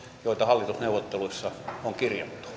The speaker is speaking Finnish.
joita hallitusneuvotteluissa on kirjattu